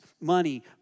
money